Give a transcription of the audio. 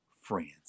friends